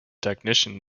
technicians